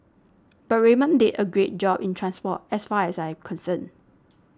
but Raymond did a great job in transport as far as I concerned